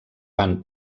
van